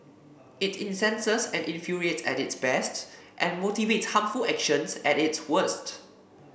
it incenses and infuriates at its best and motivates harmful actions at its worst